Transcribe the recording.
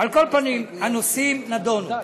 כל פנים, הנושאים נדונו.